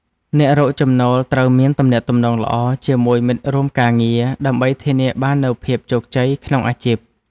អ្នករកចំណូលត្រូវមានទំនាក់ទំនងល្អជាមួយមិត្តរួមការងារ ដើម្បីធានាបាននូវភាពជោគជ័យក្នុងអាជីព។